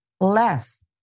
less